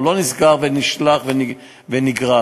הוא לא נסגר, נשלח ונגרס.